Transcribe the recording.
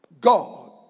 God